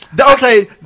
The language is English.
Okay